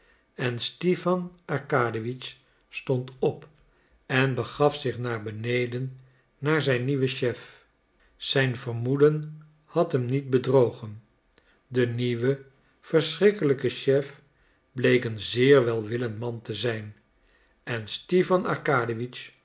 en stipan arkadiewitsch stond op en begaf zich naar beneden naar zijn nieuwen chef zijn vermoeden had hem niet bedrogen de nieuwe verschrikkelijke chef bleek een zeer welwillend man te zijn en stipan